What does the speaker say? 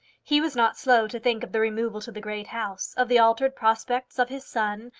he was not slow to think of the removal to the great house, of the altered prospects of his son,